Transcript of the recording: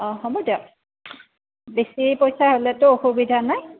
অ হ'ব দিয়ক বেছি পইচা হ'লেতো অসুবিধা নাই